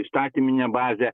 įstatyminė bazė